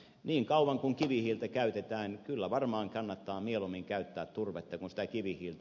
niin kauan kuin kivihiiltä käytetään kyllä varmaan kannattaa mieluummin käyttää turvetta kuin kivihiiltä